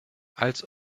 als